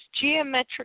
geometric